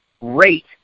rate